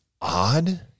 odd